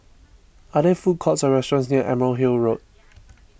are there food courts or restaurants near Emerald Hill Road